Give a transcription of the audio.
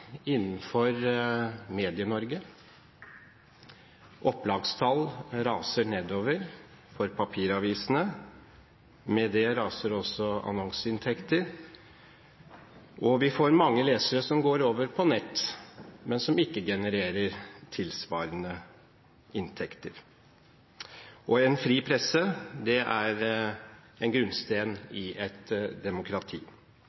innenfor Medie-Norge. Opplagstallet raser for papiravisene. Med det raser også annonseinntektene. Vi får mange lesere som går over på nett, men som ikke genererer tilsvarende inntekter, og en fri presse er en grunnstein i et demokrati. Jeg tror det er